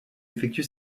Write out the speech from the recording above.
effectue